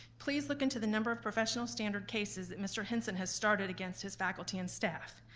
please look into the number of professional standard cases that mr. hinson has started against his faculty and staff.